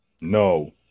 no